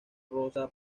rosa